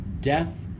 Death